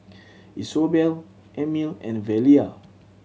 Isobel Emil and Velia